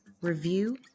review